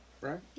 Right